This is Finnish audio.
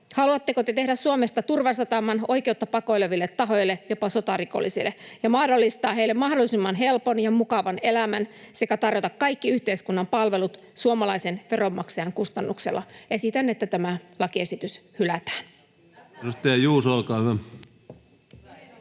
Haluatteko te tehdä Suomesta turvasataman oikeutta pakoileville tahoille, jopa sotarikollisille, ja mahdollistaa heille mahdollisimman helpon ja mukavan elämän sekä tarjota kaikki yhteiskunnan palvelut suomalaisen veronmaksajan kustannuksella? Esitän, että tämä lakiesitys hylätään.